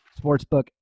sportsbook